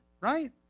right